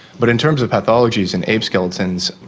but in terms of pathologies in ape skeletons,